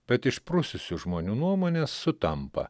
bet išprususių žmonių nuomonės sutampa